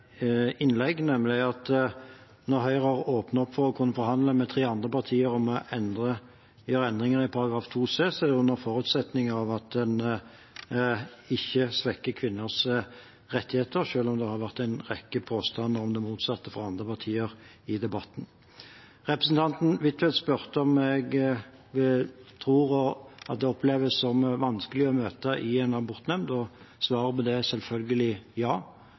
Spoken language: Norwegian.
innlegg, nemlig at når Høyre har åpnet for å kunne forhandle med tre andre partier om å gjøre endringer i § 2 c, er det under forutsetning av at en ikke svekker kvinners rettigheter, selv om det har vært en rekke påstander om det motsatte fra andre partier i debatten. Representanten Huitfeldt spurte om jeg tror det oppleves som vanskelig å møte i en abortnemnd. Svaret på det er selvfølgelig ja.